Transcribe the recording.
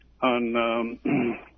on